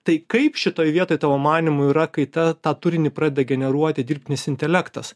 tai kaip šitoj vietoj tavo manymu yra kai tą tą turinį pradeda generuoti dirbtinis intelektas